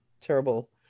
terrible